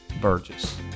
Burgess